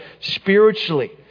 spiritually